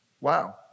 Wow